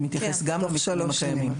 זה מתייחס עם למיתקנים הקיימים.